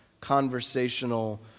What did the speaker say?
conversational